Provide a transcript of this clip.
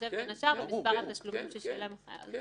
ובהתחשב בין השאר במספר התשלומים ששילם החייב.